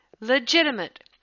legitimate